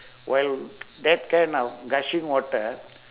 while that kind of gushing water